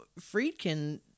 Friedkin